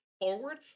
forward